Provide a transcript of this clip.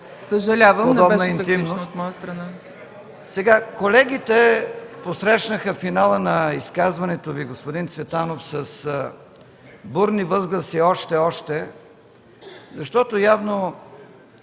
Съжалявам, не беше тактично от моя страна.